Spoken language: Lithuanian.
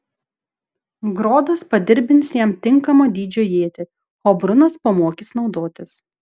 grodas padirbins jam tinkamo dydžio ietį o brunas pamokys naudotis